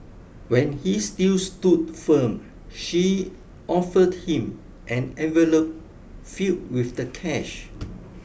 when he still stood firm she offered him an envelope filled with the cash